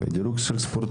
ושם,